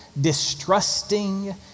distrusting